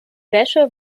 wäsche